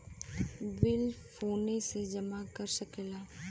bill फोने से जमा कर सकला